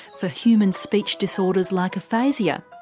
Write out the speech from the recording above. for human speech disorders like aphasia.